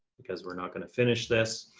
because we're not going to finish this.